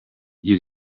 you